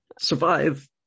survive